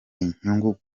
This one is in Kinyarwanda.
inyungu